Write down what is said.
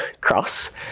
cross